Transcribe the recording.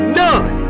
none